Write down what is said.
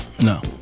no